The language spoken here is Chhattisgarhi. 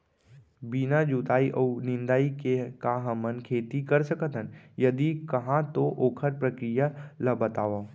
बिना जुताई अऊ निंदाई के का हमन खेती कर सकथन, यदि कहाँ तो ओखर प्रक्रिया ला बतावव?